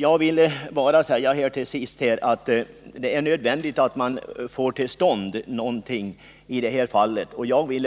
Jag vill till sist bara säga att det är nödvändigt att man får till stånd någonting i detta fall, och jag vill